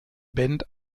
band